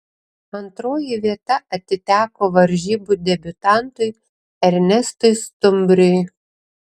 antroji vieta atiteko varžybų debiutantui ernestui stumbriui